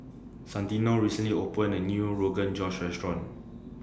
Santino recently opened A New Rogan Josh Restaurant